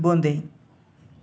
বোঁদে